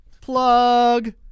Plug